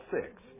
six